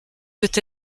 peut